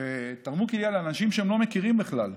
תרמו כליה לאנשים שהם לא מכירים בכלל.